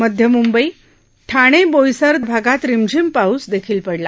मध्यमुंबई ठाणे बोईसर भागांत रिमझिम पाऊस देखील पडला